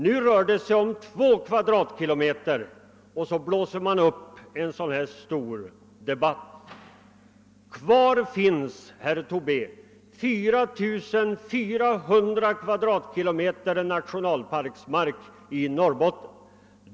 Nu rör det sig om 2 kvadratkilometer, och då drar man i gång denna stora debatt. Kvar finns, herr Tobé, 4400 kvadratkilometer nationalpark i Norrbotten.